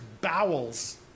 bowels